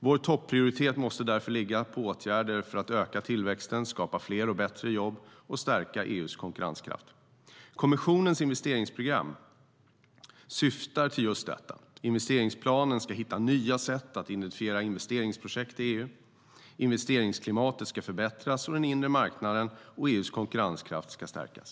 Vår topprioritet måste därför ligga på åtgärder för att öka tillväxten, skapa fler och bättre jobb och stärka EU:s konkurrenskraft. Kommissionens investeringsplan syftar till just detta. Investeringsplanen ska hitta nya sätt att identifiera investeringsprojekt i EU, investeringsklimatet ska förbättras, och den inre marknaden och EU:s konkurrenskraft ska stärkas.